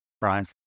Brian